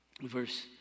verse